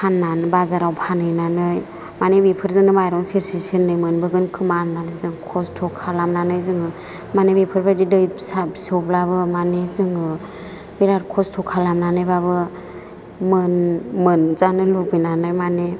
फाननानै बाजाराव फानहैनानै माने बेफोरजोंनो माइरं सेरसे सेरनै मोनबोगोन खोमा होननानै जों खस्त' खालामनानै जोङो माने बेफोरबायदि दै फिसा फिसौब्लाबो माने जोङो बेराद खस्त' खालामनानैबाबो मोनजानो लुबैनानै माने